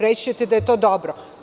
Reći ćete da je to dobro.